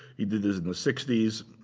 he did this in the sixty s.